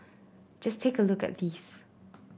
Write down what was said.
just take a look at these